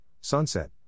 Sunset